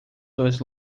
dois